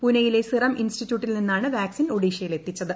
പൂനെയിലെ സിറം ഇൻസ്റ്റിറ്റ്യൂട്ടിൽ നിന്നാണ് വാക്സിൻ ഒഡീഷയിൽ എത്തിച്ചത്